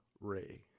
Ray